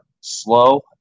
slow